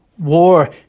war